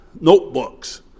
notebooks